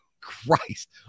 christ